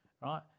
right